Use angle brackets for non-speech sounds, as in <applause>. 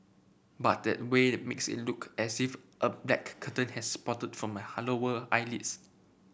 but that way makes it look as if a black curtain has sprouted from my <unintelligible> lower eyelids